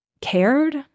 cared